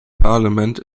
parliament